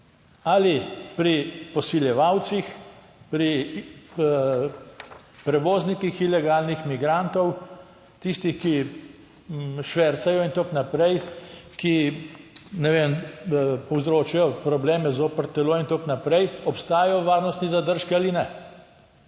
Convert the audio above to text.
ali pri posiljevalcih, pri prevoznikih ilegalnih migrantov, tistih, ki švercajo in tako naprej, ki, ne vem, povzročajo probleme zoper telo in tako naprej obstajajo varnostni zadržki ali ne?